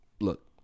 look